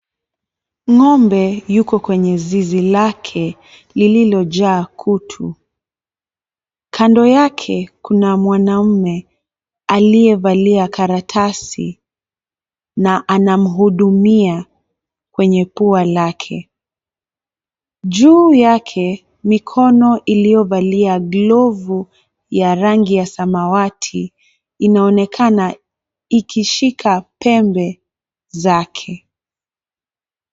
Ng'ombe yuko kwenye zizi lake lililojaa kutu. Kando yake kuna mwanaume aliyevalia karatasi na anamhudumia kwenye pua lake. Juu yake mikono iliyovalia glovu ya rangi ya samawati inaonekana ikishika pembe zake.